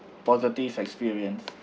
positive experience